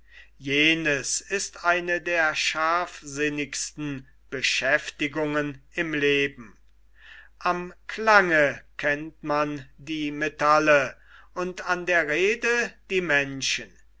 jenes ist eine der scharfsinnigsten beschäftigungen im leben am klange kennt man die metalle und an der rede die menschen